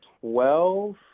twelve